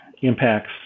impacts